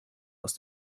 aus